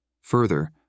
Further